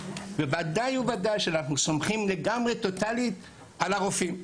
בוודאי ובוודאי שאנחנו וסומכים טוטאלית על הרופאים.